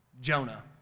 Jonah